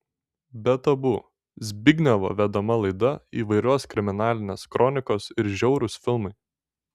be tabu zbignevo vedama laida įvairios kriminalinės kronikos ir žiaurūs filmai